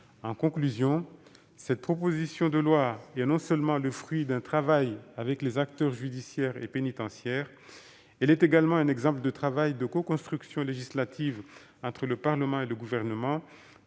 En conclusion, cette proposition de loi est non seulement le fruit d'un travail avec les acteurs judiciaires et pénitentiaires, mais également un exemple de coconstruction législative entre le Parlement et le Gouvernement,